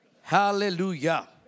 Hallelujah